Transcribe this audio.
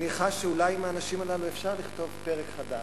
אני חש שאולי עם האנשים הללו אפשר לכתוב פרק חדש,